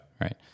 right